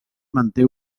manté